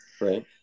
Right